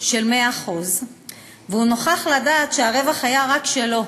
של 100% והוא נוכח לדעת שהרווח היה רק שלו.